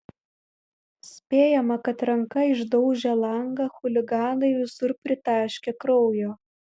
spėjama kad ranka išdaužę langą chuliganai visur pritaškė kraujo